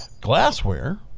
glassware